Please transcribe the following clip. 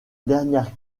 dernière